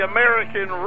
American